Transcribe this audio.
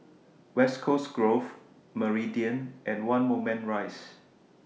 West Coast Grove Meridian and one Moulmein Rise